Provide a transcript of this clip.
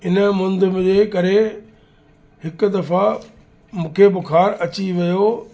हिन मुंद मुंहिंजे करे हिकु दफ़ा मूंखे बुख़ारु अची वियो